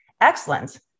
Excellence